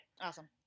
Awesome